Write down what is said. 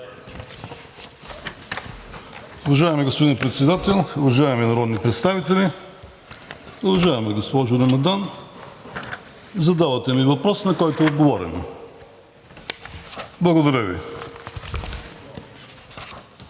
Уважаеми господин Председател, уважаеми народни представители! Уважаема госпожо Рамадан, задавате ми въпрос, на който е отговорено. Благодаря Ви.